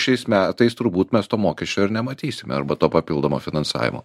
šiais metais turbūt mes to mokesčio ir nematysime arba to papildomo finansavimo